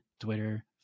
Twitter